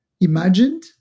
imagined